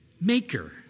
maker